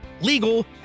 legal